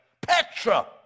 Petra